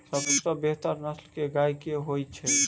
सबसँ बेहतर नस्ल केँ गाय केँ होइ छै?